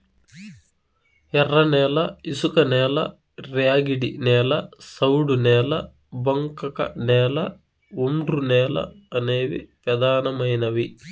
ఎర్రనేల, ఇసుకనేల, ర్యాగిడి నేల, సౌడు నేల, బంకకనేల, ఒండ్రునేల అనేవి పెదానమైనవి